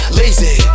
lazy